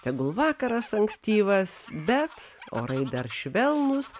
tegul vakaras ankstyvas bet orai dar švelnūs